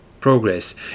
Progress